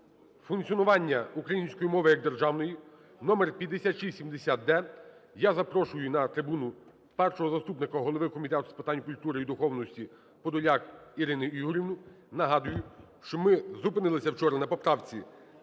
функціонування української мови як державної (№5670-д). Я запрошую на трибуну першого заступника голови Комітету з питань культури і духовності Подоляк Ірину Юріївну. Нагадую, що ми зупинилися вчора на поправці